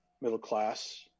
middle-class